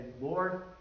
Lord